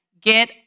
Get